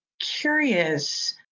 curious